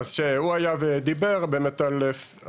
דוידסון דיבר עליו,